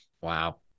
wow